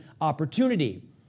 opportunity